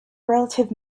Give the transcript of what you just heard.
relative